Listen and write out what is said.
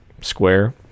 square